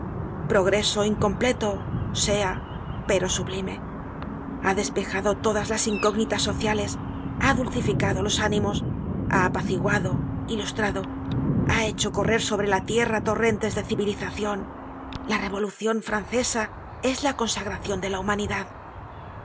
progreso incompleto sea pero sublime ha despejado todas las incógnitas sociales ha dulcificado los ánimos ha apaciguado ilustrado ha hecho correr sobre la tierra torrentes de civilizacion la revolucion francesa es la consagracion de la humanidad